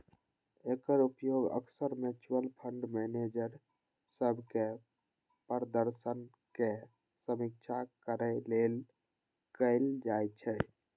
एकर उपयोग अक्सर mutual fund manager सभक प्रदर्शनक समीक्षा करै लेल कैल जाइ छै